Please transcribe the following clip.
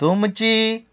तुमची